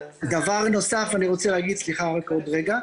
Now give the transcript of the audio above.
דבר נוסף שאני רוצה להגיד, סליחה, רק עוד רגע.